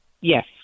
Yes